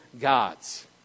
gods